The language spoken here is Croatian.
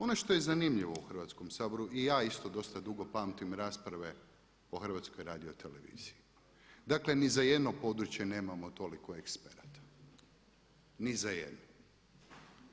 Ono što je zanimljivo u Hrvatskom saboru i ja isto dosta dugo pamtim rasprave o HRT-u, dakle ni za jedno područje nemamo toliko eksperata, ni za jedno.